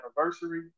anniversary